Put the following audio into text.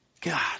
God